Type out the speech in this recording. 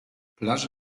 plaże